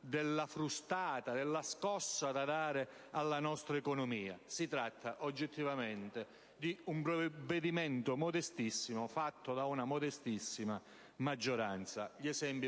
della frustata, della scossa da dare alla nostra economia. Si tratta oggettivamente di un provvedimento modestissimo, fatto da una modestissima maggioranza.